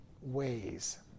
ways